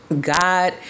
God